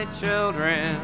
children